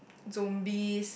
zombies